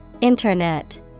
Internet